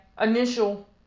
initial